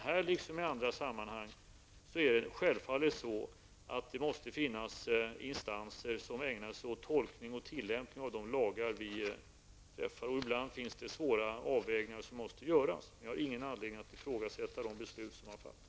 Här liksom i andra sammanhang är det självfallet så att det måste finnas instanser som ägnar sig åt tolkningar och tillämpningar av de lagar som vi har stiftat. Ibland måste svåra avvägningar göras. Jag har ingen anledning att ifrågasätta de beslut som har fattats.